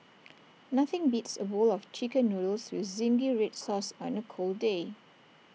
nothing beats A bowl of Chicken Noodles with Zingy Red Sauce on A cold day